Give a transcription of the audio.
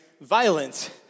violence